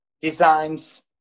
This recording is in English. designs